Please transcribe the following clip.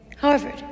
Harvard